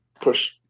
push